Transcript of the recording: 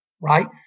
right